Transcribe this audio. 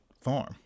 farm